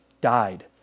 died